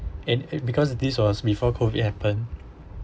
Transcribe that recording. and because this was before COVID happen